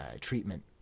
treatment